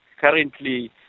currently